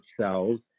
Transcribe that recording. cells